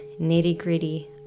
nitty-gritty